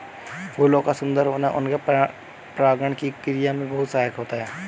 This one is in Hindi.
फूलों का सुंदर होना उनके परागण की क्रिया में बहुत सहायक होता है